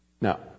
Now